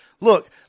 Look